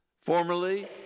formerly